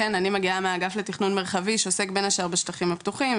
אני מגיעה מהאגף לתכנון מרחבי שעוסק בין השאר בשטחים הפתוחים,